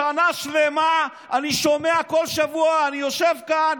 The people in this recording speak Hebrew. שנה שלמה אני שומע, כל שבוע, אני יושב כאן,